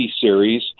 series